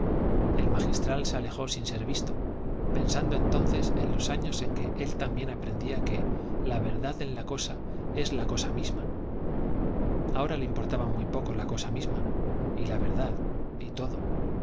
el magistral se alejó sin ser visto pensando entonces en los años en que él también aprendía que la verdad en la cosa es la cosa misma ahora le importaba muy poco la cosa misma y la verdad y todo